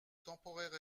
temporaire